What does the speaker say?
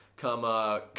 Come